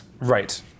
right